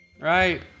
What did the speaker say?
Right